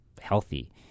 healthy